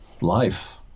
life